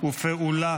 ופעולה